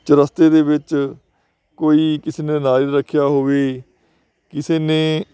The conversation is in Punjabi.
ਚੁਰਸਤੇ ਦੇ ਵਿੱਚ ਕੋਈ ਕਿਸੇ ਨੇ ਨਾਰੀਅਲ ਰੱਖਿਆ ਹੋਵੇ ਕਿਸੇ ਨੇ